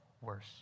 worse